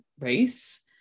race